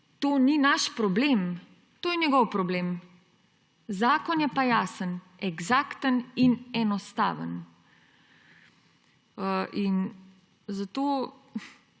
to ni naš problem, to je njegov problem. Zakon je pa jasen, eksakten in enostaven. Zato